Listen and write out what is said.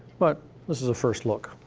but this is a first look.